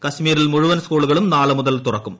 കശ്മീരിൽ മുഴുവൻ സ്കൂളുകളും നാളെ മുതൽ തുറക്കും